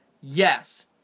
Yes